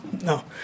No